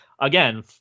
Again